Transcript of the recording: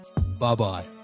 Bye-bye